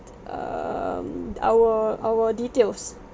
um our our details